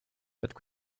but